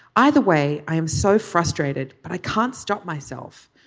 either way i am so frustrated but i can't stop myself.